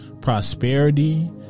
prosperity